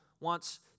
wants